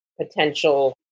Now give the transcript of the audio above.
potential